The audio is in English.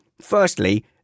firstly